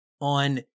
on